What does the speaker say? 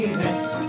next